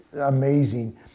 amazing